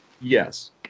Yes